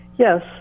Yes